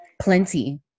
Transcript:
Plenty